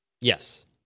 Yes